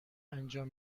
انجام